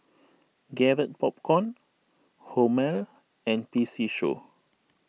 Garrett Popcorn Hormel and P C Show